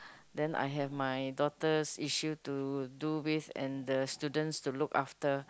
then I have my daughter's issue to do with and the students to look after